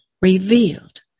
revealed